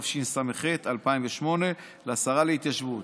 התשס"ח 2008 לשרת ההתיישבות.